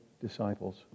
disciples